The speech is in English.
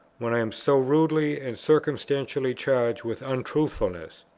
when i am so rudely and circumstantially charged with untruthfulness.